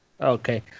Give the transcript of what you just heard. Okay